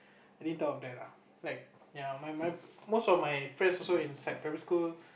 I didn't thought of that lah like ya my my most of my friends also in secondary school